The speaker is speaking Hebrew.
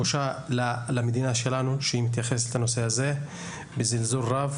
בושה למדינה שלנו שהיא מתייחסת לנושא הזה בזלזול רב.